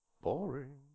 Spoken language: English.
boring